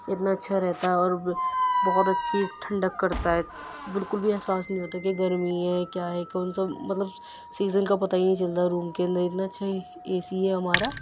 اتنا اچھا رہتا ہے اور بہت اچھی ٹھنڈک کرتا ہے بالکل بھی احساس نہیں ہوتا کہ گرمی ہے کیا ہے کون سا مطلب سیزن کا پتہ ہی نہیں چلتا روم کے اندر اتنا اچھا اے سی ہے ہمارا